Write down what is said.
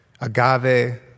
Agave